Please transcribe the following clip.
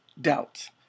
doubt